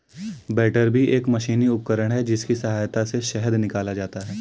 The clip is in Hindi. बैटरबी एक मशीनी उपकरण है जिसकी सहायता से शहद निकाला जाता है